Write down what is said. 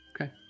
okay